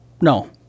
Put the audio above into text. No